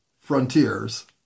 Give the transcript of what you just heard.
frontiers